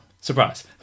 Surprise